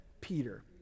Peter